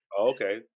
Okay